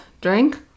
drink